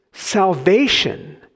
Salvation